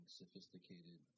sophisticated